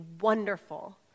wonderful